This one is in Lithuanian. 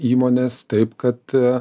įmonės taip kad